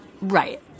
Right